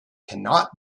cannot